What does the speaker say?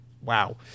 wow